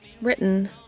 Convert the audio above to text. written